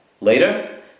later